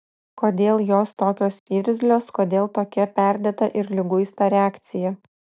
kodėl jos tokios irzlios kodėl tokia perdėta ir liguista reakcija